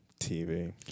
TV